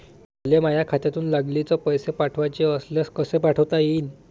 मले माह्या खात्यातून लागलीच पैसे पाठवाचे असल्यास कसे पाठोता यीन?